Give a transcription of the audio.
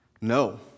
No